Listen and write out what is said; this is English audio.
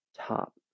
top